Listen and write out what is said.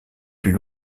plus